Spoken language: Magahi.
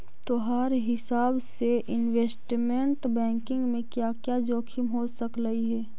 तोहार हिसाब से इनवेस्टमेंट बैंकिंग में क्या क्या जोखिम हो सकलई हे